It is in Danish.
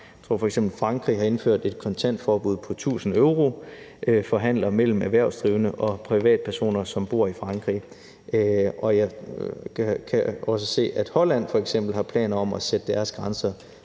Jeg tror, at f.eks. Frankrig har indført et kontantforbud på 1.000 euro for handler mellem erhvervsdrivende og privatpersoner, som bor i Frankrig. Jeg kan også se, at f.eks. Holland har planer om at sætte deres grænser